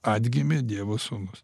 atgimė dievo sūnus